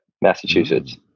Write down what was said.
Massachusetts